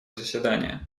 заседания